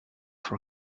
for